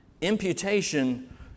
imputation